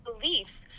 beliefs